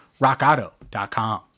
rockauto.com